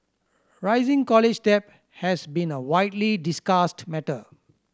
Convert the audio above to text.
rising college debt has been a widely discussed matter